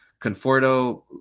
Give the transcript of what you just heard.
conforto